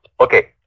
Okay